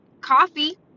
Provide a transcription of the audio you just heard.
coffee